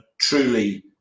truly